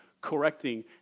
correcting